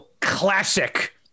classic